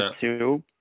two